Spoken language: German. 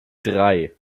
drei